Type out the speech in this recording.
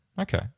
Okay